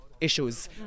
issues